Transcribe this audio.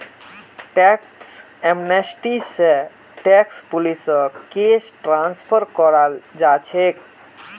tax amnesty स tax पुलिसक case transfer कराल जा छेक